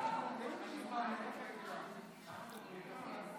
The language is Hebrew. לתיקון פקודת המכרות (מס'